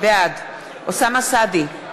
בעד אוסאמה סעדי,